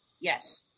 Yes